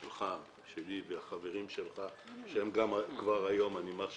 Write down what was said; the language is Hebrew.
שלך, והחברים שלך, שהם כבר היום, אני מרשה